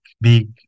big